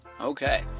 Okay